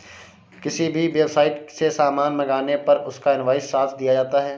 किसी भी वेबसाईट से सामान मंगाने पर उसका इन्वॉइस साथ दिया जाता है